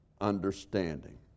understanding